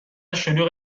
شلوغ